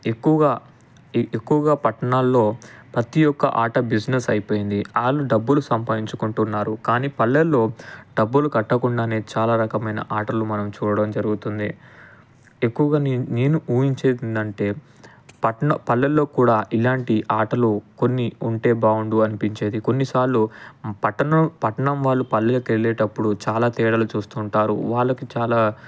ఎక్కువగా ఎక్కువగా పట్టణాల్లో ప్రతి ఒక్క ఆట బిజినెస్ అయిపోయింది ఆళ్ళు డబ్బులు సంపాదించుకుంటున్నారు కానీ పల్లెల్లో డబ్బులు కట్టకుండానే చాలా రకమైన ఆటలు మనం చూడడం జరుగుతుంది ఎక్కువగా నేను నేను ఊహించిందంటే పట్టణ పల్లెల్లో కూడా ఇలాంటి ఆటలు కొన్ని ఉంటే బావుండు అనిపించేది కొన్నిసార్లు పట్టణం పట్టణం వాళ్ళు పల్లెకి వెళ్ళేటప్పుడు చాలా తేడాలు చూస్తుంటారు వాళ్ళకి చాలా